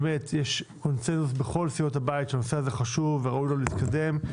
יש קונצנזוס בכל סיעות הבית שהנושא הזה חשוב וראוי לו להתקדם.